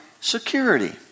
security